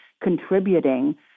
contributing